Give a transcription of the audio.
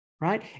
Right